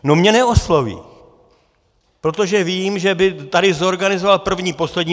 Mě neosloví, protože vím, že by tady zorganizoval první poslední.